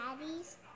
daddies